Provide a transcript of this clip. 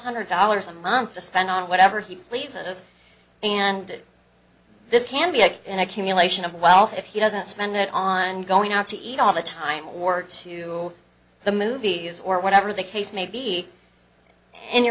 hundred dollars a month to spend on whatever he pleases and this can be an accumulation of wealth if he doesn't spend it on going out to eat all the time or go to the movies or whatever the case may be in your